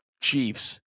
Chiefs